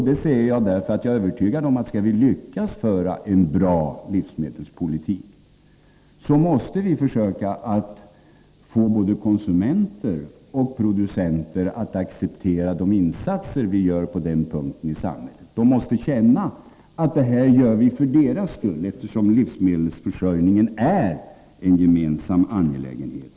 Jag säger detta därför att jag är övertygad om att vi, om vi skall lyckas föra en bra livsmedelspolitik, måste försöka få både konsumenter och producenter att acceptera de insatser vi gör på den punkten i samhället. De måste känna att vi gör detta för deras skull, eftersom livsmedelsförsörjningen är en för alla gemensam angelägenhet.